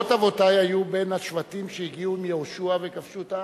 אבות אבותי היו בין השבטים שהגיעו עם יהושע וכבשו את הארץ.